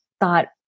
thought